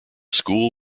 school